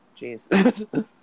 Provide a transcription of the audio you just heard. Jeez